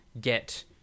get